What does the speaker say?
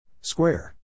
Square